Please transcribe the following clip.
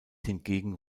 hingegen